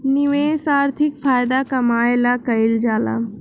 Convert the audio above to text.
निवेश आर्थिक फायदा कमाए ला कइल जाला